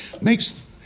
makes